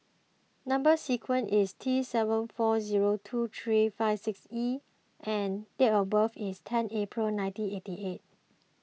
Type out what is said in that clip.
Number Sequence is T seven four zero two three five six E and date of birth is ten April nineteen eighty eight